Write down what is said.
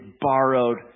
borrowed